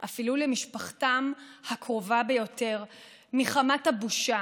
אפילו למשפחתם הקרובה ביותר מחמת הבושה,